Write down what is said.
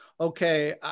okay